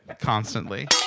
constantly